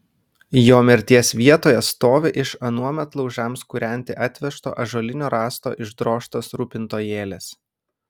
jo mirties vietoje stovi iš anuomet laužams kūrenti atvežto ąžuolinio rąsto išdrožtas rūpintojėlis